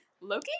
Loki